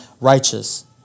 righteous